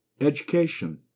Education